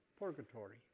Purgatory